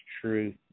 truth